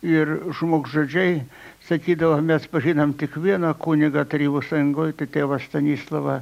ir žmogžudžiai sakydavo mes pažinom tik vieną kunigą tarybų sąjungoj tai tėvą stanislovą